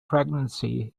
pregnancy